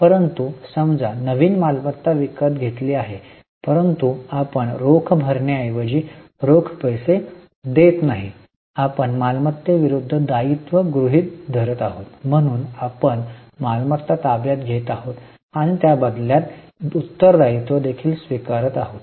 परंतु समजा नवीन मालमत्ता विकत घेतली आहे परंतु आपण रोख भरण्या ऐवजी रोख पैसे देत नाही आपण मालमत्तेविरूद्ध दायित्व गृहित धरत आहोत म्हणून आपण मालमत्ता ताब्यात घेत आहोत आणि त्या बदल्यात उत्तर दायित्व देखील स्वीकारत आहोत